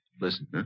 Listen